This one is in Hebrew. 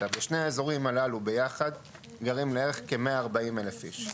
שני האזורים הללו ביחד גרים ביחד כ- 140,000 איש.